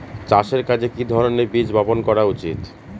চাষের কাজে কি ধরনের বীজ বপন করা উচিৎ?